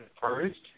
first